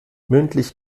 mündlich